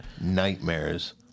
nightmares